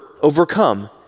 overcome